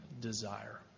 desire